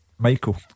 Michael